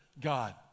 God